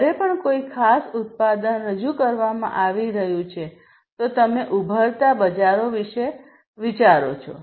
જ્યારે પણ કોઈ ખાસ ઉત્પાદન રજૂ કરવામાં આવી રહ્યું છે તો તમે ઉભરતા બજારો વિશે વિચારો છો